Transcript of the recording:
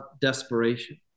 desperation